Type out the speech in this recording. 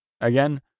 Again